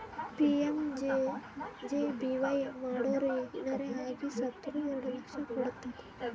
PMJJBY ಮಾಡುರ್ ಏನರೆ ಆಗಿ ಸತ್ತುರ್ ಎರಡು ಲಕ್ಷ ಕೊಡ್ತುದ್